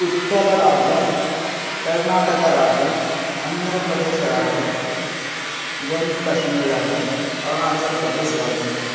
उत्कलराज्यं कर्णाटकराज्यम् अन्द्रप्रदेशः राज्यं जम्मुकश्मीर्राज्यम् अरुणाचल्प्रदेशः राज्यम्